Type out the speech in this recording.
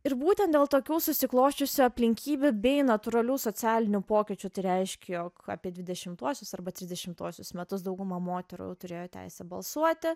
ir būtent dėl tokių susiklosčiusių aplinkybių bei natūralių socialinių pokyčių tai reiškia jog apie dvidešimtuosius arba trisdešimtuosius metus dauguma moterų turėjo teisę balsuoti